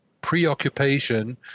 preoccupation